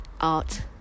art